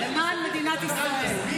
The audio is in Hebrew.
למען מדינת ישראל.